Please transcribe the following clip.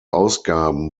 ausgaben